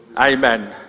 Amen